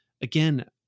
again